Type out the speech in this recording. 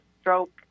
stroke